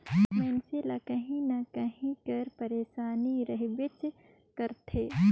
मइनसे ल काहीं न काहीं कर पइरसानी रहबेच करथे